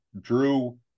Drew